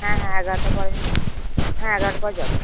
হ্যাঁ হ্যাঁ এগারট পর আম হ্যাঁ এগারোটার পর যাবো